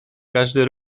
każdy